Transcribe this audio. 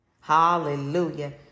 Hallelujah